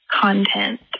content